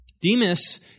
Demas